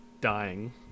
dying